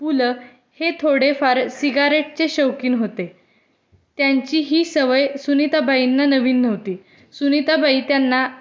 पु ल थोडेफार सिगारेटचे शौकीन होते त्यांची ही सवय सुनीताबाईंना नवीन नव्हती सुनीताबाई त्यांना